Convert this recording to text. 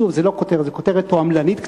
שוב, זו לא כותרת, זו כותרת תועמלנית קצת.